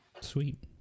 Sweet